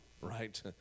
right